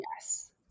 Yes